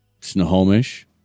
Snohomish